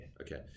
Okay